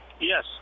Yes